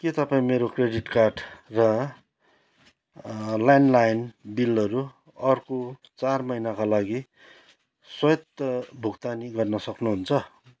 के तपाईँ मेरो क्रेडिट कार्ड र ल्यान्डलाइन बिलहरू अर्को चार महिनाका लागि स्वतः भुक्तानी गर्न सक्नुहुन्छ